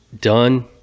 done